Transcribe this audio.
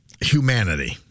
humanity